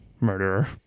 Murderer